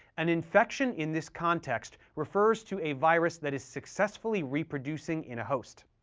an infection in this context refers to a virus that is successfully reproducing in a host.